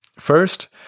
First